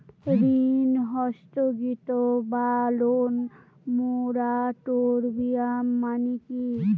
ঋণ স্থগিত বা লোন মোরাটোরিয়াম মানে কি?